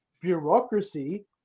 bureaucracy